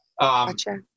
Gotcha